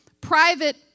private